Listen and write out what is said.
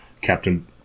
captain